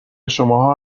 شماها